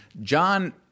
John